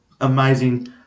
amazing